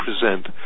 present